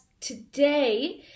Today